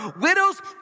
Widows